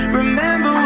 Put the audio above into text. remember